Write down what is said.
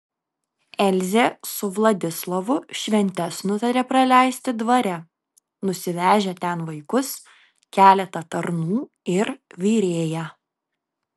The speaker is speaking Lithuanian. elzė su vladislovu šventes nutarė praleisti dvare nusivežę ten vaikus keletą tarnų ir virėją